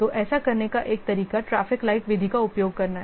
तो ऐसा करने का एक तरीका ट्रैफिक लाइट विधि का उपयोग करना है